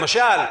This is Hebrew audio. למשל,